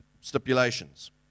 stipulations